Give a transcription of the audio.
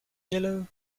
yellow